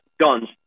guns